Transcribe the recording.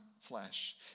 flesh